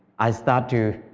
i started to